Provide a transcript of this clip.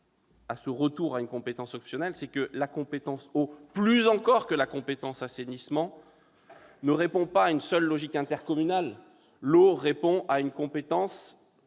pour revenir à une compétence optionnelle, c'est que la compétence « eau », plus encore que la compétence « assainissement », ne répond pas à la seule logique intercommunale. L'eau est liée à une problématique